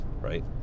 right